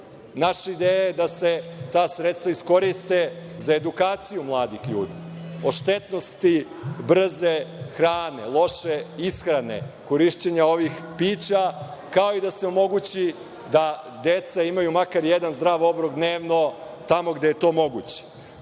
Naša ideja je da se ta sredstva iskoriste za edukaciju mladih ljudi o štetnosti brze hrane, loše ishrane, korišćenja ovih pića, kao i da se omogući da deca imaju makar jedan zdrav obrok dnevno tamo gde je to moguće.